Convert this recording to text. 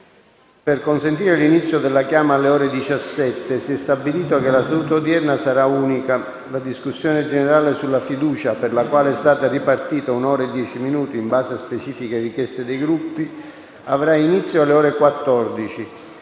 Per consentire l'inizio della chiama alle ore 17, si è stabilito che la seduta odierna sarà unica. La discussione sulla fiducia, per la quale è stata ripartita un'ora e dieci minuti in base a specifiche richieste dei Gruppi, avrà inizio alle ore 14.